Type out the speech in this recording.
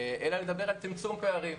אלא לדבר על צמצום פערים.